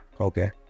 Okay